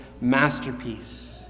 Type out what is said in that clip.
masterpiece